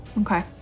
okay